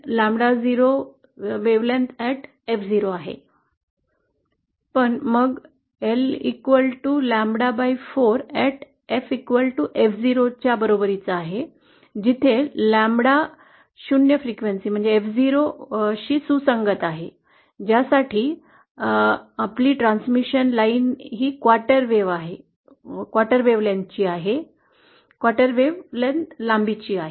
पण मग L लॅम्ब्डा4 at ff0 च्या बरोबरीचा आहे जिथे लॅम्ब्डा शून्य फ्रिक्वेन्सी एफ 0 शी सुसंगत आहे ज्यासाठी आमची ट्रान्समिशन लाईन तिमाही आहे ती तिमाही तरंग लांबी आहे